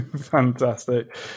Fantastic